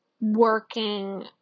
working